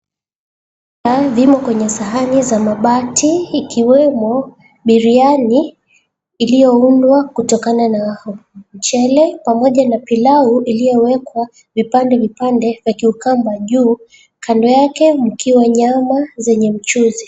...vimo kwenye sahani za mabati. Ikiwemo biriani kutokana na mchele pamoja na pilau iliyowekwa vipande vipande ya cucumber juu, kando yake mkiwa nyama zenye mchuzi.